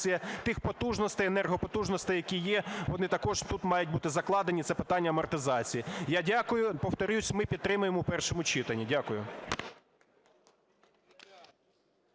тих потужностей, енергопотужностей, які є, вони також тут мають бути закладені – це питання амортизації. Я дякую. Повторюсь, ми підтримуємо в першому читанні. Дякую.